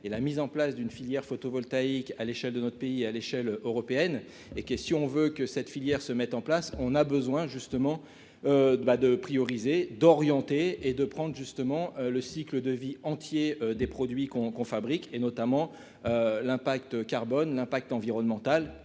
et la mise en place d'une filière photovoltaïque à l'échelle de notre pays à l'échelle européenne, et que si on veut que cette filière se mettent en place, on a besoin justement de bah de prioriser d'orienter et de prendre justement le cycle de vie entier des produits qu'on qu'on fabrique et notamment l'impact carbone l'impact environnemental